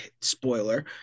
spoiler